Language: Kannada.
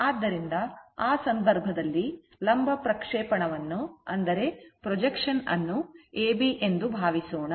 ಆದ್ದರಿಂದ ಆ ಸಂದರ್ಭದಲ್ಲಿ ಲಂಬ ಪ್ರಕ್ಷೇಪಣವನ್ನು AB ಎಂದು ಭಾವಿಸೋಣ